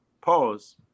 pause